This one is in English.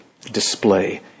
display